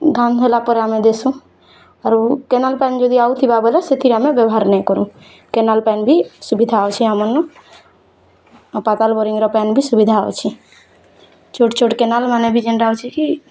ଧାନ୍ ହେଲାପରେ ଆମେ ଦେସୁଁ ଆରୁ କେନାଲ୍ ପାନି ଯଦି ଆଉଥିବା ବୋଲେ ସେଥିରେ ଆମେ ବ୍ୟବହାର୍ ନାଇ କରୁଁ କେନାଲ୍ ପାନି ବି ସୁବିଧା ଅଛି ଆମର୍ ନୁ ଆଉ ପାତାଲ୍ ବୋରିଂର ପାନି ବି ସୁବିଧା ଅଛି ଛୋଟ୍ ଛୋଟ୍ କେନାଲ୍ମାନେ ବି ଯେନ୍ତା ଅଛି କି